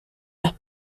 las